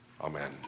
Amen